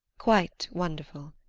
quite wonderful.